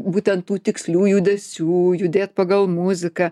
būtent tų tikslių judesių judėt pagal muziką